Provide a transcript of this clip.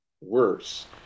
worse